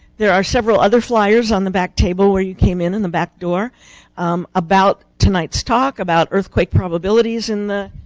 there are several other fliers on the back table where you came in in the back door um about tonight's talk, about earthquake probabilities in the.